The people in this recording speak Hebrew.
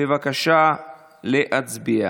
בבקשה להצביע.